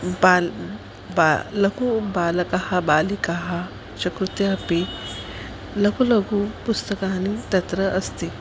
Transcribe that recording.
बालाः बाला लघु बालकः बालिकाः च कृते अपि लघु लघूनि पुस्तकानि तत्र अस्ति